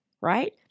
Right